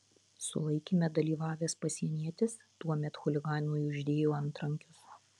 sulaikyme dalyvavęs pasienietis tuomet chuliganui uždėjo antrankius